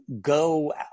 go